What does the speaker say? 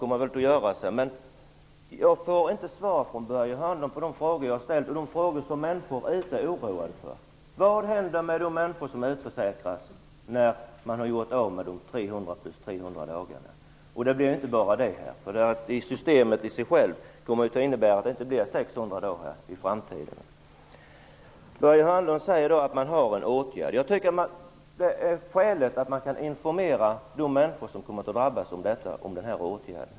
Men jag får inte svar från Börje Hörnlund på de frågor som jag har ställt och som människor är oroade över. Vad händer med de människor som utförsäkras efter att ha gjort av med de 300 plus 300 dagarna? Och det stannar inte vid det -- systemet innebär i sig självt att det inte blir 600 dagar i framtiden. Börje Hörnlund säger att man har en åtgärd. Jag tycker att det vore skäligt att informera de människor som kommer att drabbas om den åtgärden.